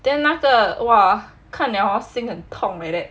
then 那个 !wah! 看了 hor 心很痛 like that